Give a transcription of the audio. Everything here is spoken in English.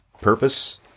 purpose